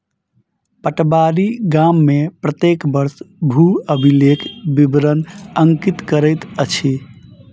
पटवारी गाम में प्रत्येक वर्ष भू अभिलेखक विवरण अंकित करैत अछि